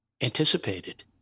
anticipated